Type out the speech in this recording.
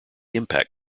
impact